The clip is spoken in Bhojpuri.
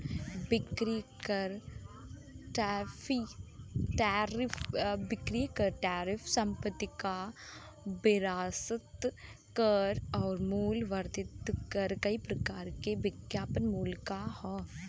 बिक्री कर टैरिफ संपत्ति कर विरासत कर आउर मूल्य वर्धित कर कई प्रकार के विज्ञापन मूल्य कर हौ